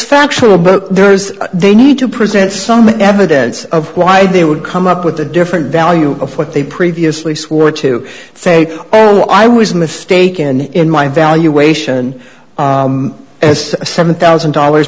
factual but there is they need to present some evidence of why they would come up with a different value of what they previously swore to say oh i was mistaken in my valuation as a seven thousand dollars